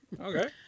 Okay